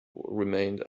remained